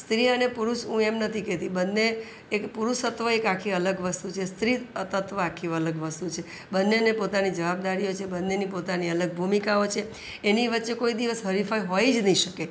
સ્ત્રી અને પુરુષ હું એમ નથી કહેતી બંને એક પુરુષત્વ આખી અલગ વસ્તુ છે સ્ત્રીતત્ત્વ આખી અલગ વસ્તુ છે બંનેને પોતાની જવાબદારીઓ છે બંનેની પોતાની અલગ ભૂમિકાઓ છે એની વચ્ચે કોઈ દિવસ હરીફાઈ હોય જ નહીં શકે